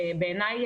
בעיניי,